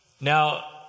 Now